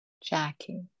jackie